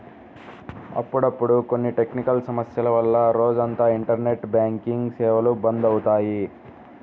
అప్పుడప్పుడు కొన్ని టెక్నికల్ సమస్యల వల్ల రోజంతా ఇంటర్నెట్ బ్యాంకింగ్ సేవలు బంద్ అవుతాయి